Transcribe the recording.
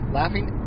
laughing